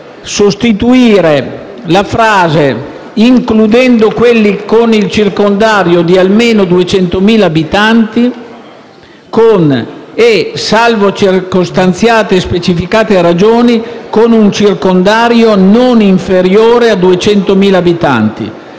sostituire le parole «includendo quelli con il circondario di almeno 200.000 abitanti» con le parole «e, salvo circostanziate e specifiche ragioni, con un circondario non inferiore a 200.000 abitanti».